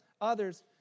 others